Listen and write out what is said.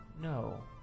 No